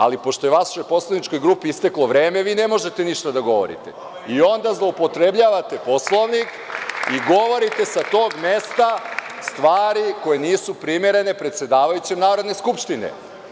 Ali, pošto je vašoj poslaničkoj grupi isteklo vreme, vi ne možete više da govorite, onda zloupotrebljavate Poslovnik i govorite sa tog mesta stvari koje nisu primerene predsedavajućem Narodne skupštine.